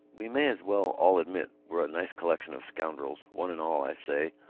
we may as well all admit we're a nice collection of scoundrels, one and all. i say,